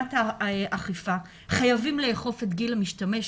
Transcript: ברמת האכיפה: חייבים לאכוף את גיל המשתמש,